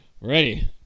ready